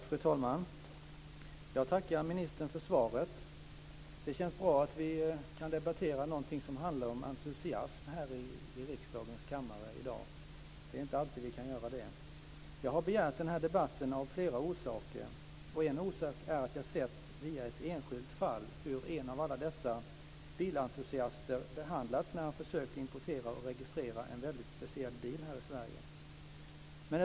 Fru talman! Jag tackar ministern för svaret. Det känns bra att vi kan debattera någonting som handlar om entusiasm här i riksdagens kammare i dag. Det är inte alltid vi kan göra det. Jag har begärt den här debatten av flera orsaker. En orsak är att jag via ett enskilt fall har sett hur en av alla dessa bilentusiaster behandlats när han försökt importera och registrera en väldigt speciell bil här i Sverige.